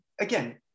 again